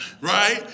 Right